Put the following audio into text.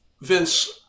Vince